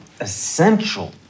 essential